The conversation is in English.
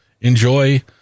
enjoy